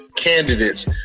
candidates